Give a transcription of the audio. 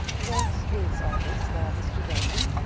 what is all this about mr. belton?